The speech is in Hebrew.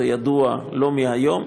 זה ידוע לא מהיום.